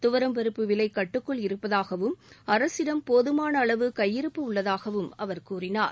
துவரம் பருப்பு விலை கட்டுக்குள் இருப்பதாகவும் அரசிடம் போதுமான அளவு கையிருப்பு உள்ளதாகவும் அவர் கூறினார்